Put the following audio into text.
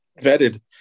vetted